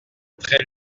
très